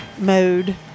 mode